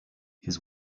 his